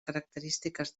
característiques